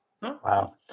Wow